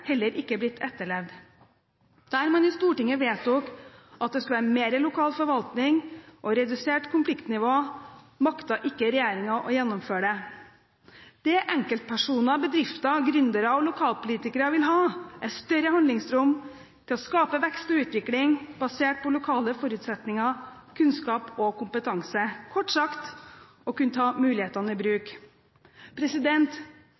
heller ikke blitt etterlevd. Der man i Stortinget vedtok at det skulle være mer lokal forvaltning og redusert konfliktnivå, maktet ikke regjeringen å gjennomføre det. Det enkeltpersoner, bedrifter, gründere og lokalpolitikere vil ha, er større handlingsrom til å skape vekst og utvikling basert på lokale forutsetninger, kunnskap og kompetanse – kort sagt: å kunne ta mulighetene i